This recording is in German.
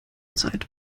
zeit